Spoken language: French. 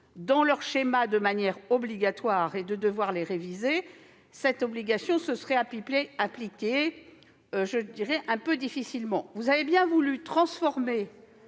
dans leurs schémas de manière obligatoire et de devoir les réviser. Une telle obligation se serait appliquée un peu difficilement. Vous avez bien voulu transformer